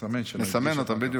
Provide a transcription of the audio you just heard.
נסמן אותם.